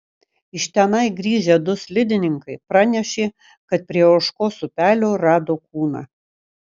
iš tenai grįžę du slidininkai pranešė kad prie ožkos upelio rado kūną